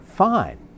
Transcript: fine